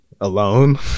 alone